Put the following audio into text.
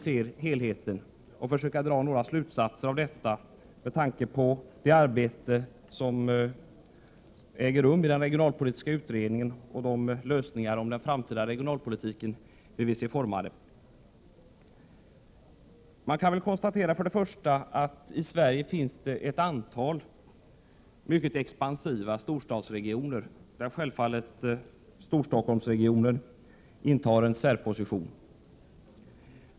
Jag skall också försöka dra några slutsatser av det utredningsarbete som äger rum och redovisa våra förslag till lösningar när det gäller den Man kan först och främst konstatera att det i Sverige finns ett antal mycket expansiva storstadsregioner, där Storstockholm självfallet intar en särställning.